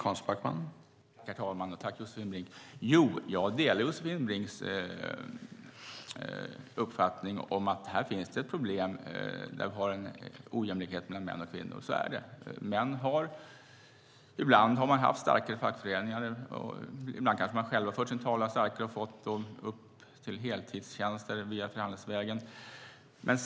Herr talman! Jag delar Josefin Brinks uppfattning att det finns ett problem. Vi har en ojämlikhet mellan män och kvinnor. Män har ibland haft starkare fackföreningar. Ibland kanske män själva har fört sin talan starkare och fått heltidstjänster förhandlingsvägen.